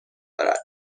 دارد